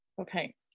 Okay